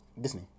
Disney